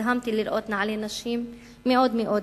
נדהמתי לראות נעלי נשים מאוד פשוטות.